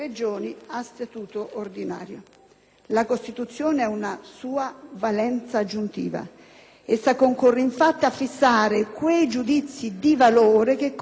La Costituzione ha una sua valenza aggiuntiva; essa concorre, infatti, a fissare quei giudizi di valore che consentono di costruire il ponte